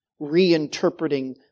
reinterpreting